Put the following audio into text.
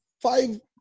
five